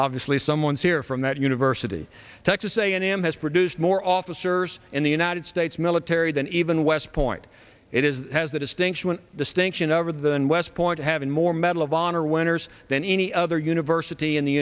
obviously someone's here from that university texas a and m has produced more officers in the united states military than even west point it is has the distinction distinction over than west point having more medal of honor winners than any other university in the